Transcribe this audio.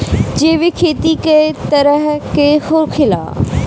जैविक खेती कए तरह के होखेला?